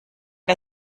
der